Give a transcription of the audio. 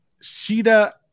Sheeta